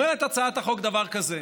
אומרת הצעת החוק דבר כזה,